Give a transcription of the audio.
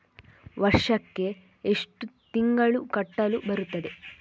ವರ್ಷಕ್ಕೆ ಎಷ್ಟು ತಿಂಗಳು ಕಟ್ಟಲು ಬರುತ್ತದೆ?